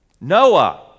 noah